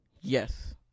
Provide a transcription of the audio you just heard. yes